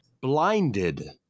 blinded